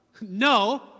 No